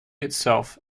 itself